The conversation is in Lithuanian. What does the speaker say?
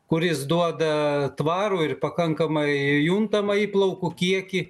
kuris duoda tvarų ir pakankamai juntamą įplaukų kiekį